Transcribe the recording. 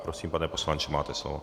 Prosím, pane poslanče, máte slovo.